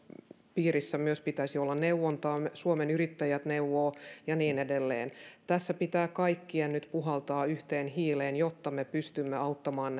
piirissä myös pitäisi olla neuvontaa suomen yrittäjät neuvoo ja niin edelleen tässä pitää kaikkien nyt puhaltaa yhteen hiileen jotta me pystymme auttamaan